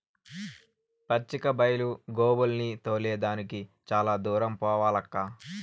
పచ్చిక బైలు గోవుల్ని తోలే దానికి చాలా దూరం పోవాలక్కా